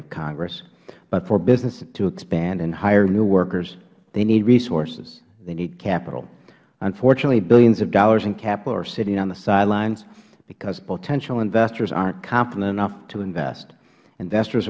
of congress but for businesses to expand and hire new workers they need resources they need capital unfortunately billions of dollars of capital are sitting on the sidelines because potential investors aren't confident enough to invest investors